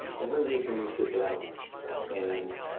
every week when you sit down and